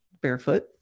barefoot